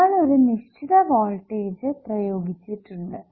നമ്മൾ ഒരു നിശ്ചിത വോൾടേജ് പ്രയോഗിച്ചിട്ടുണ്ട്